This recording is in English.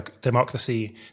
democracy